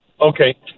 Okay